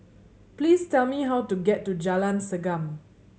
please tell me how to get to Jalan Segam